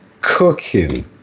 cooking